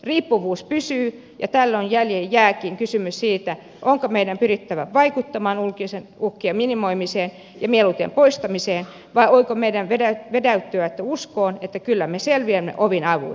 riippuvuus pysyy ja tällöin jäljelle jääkin kysymys siitä onko meidän pyrittävä vaikuttamaan ulkoisten uhkien minimoimiseen ja mieluiten poistamiseen vai onko meidän vetäydyttävä uskoen että kyllä me selviämme omin avuin